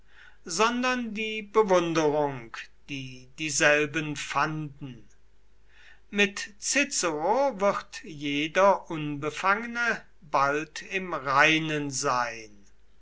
sondern die bewunderung die dieselben fanden mit cicero wird jeder unbefangene bald im reinen sein